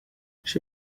she